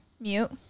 Mute